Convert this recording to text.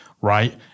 right